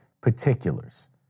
particulars